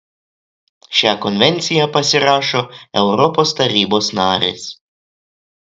šią konvenciją pasirašo europos tarybos narės